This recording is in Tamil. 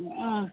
ம்